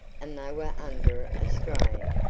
and they were under a strain.